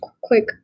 quick